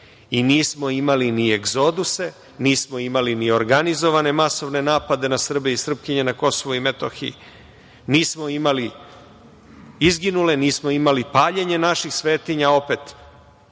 Nismo imali ni egzoduse. Nismo imali ni organizovane masovne napade na Srbe i Srpkinje na KiM. Nismo imali izginule. Nismo imali paljenje naših svetinja opet.